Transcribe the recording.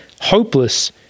hopeless